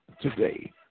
today